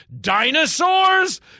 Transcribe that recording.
dinosaurs